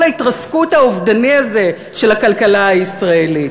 ההתרסקות האובדני הזה של הכלכלה הישראלית.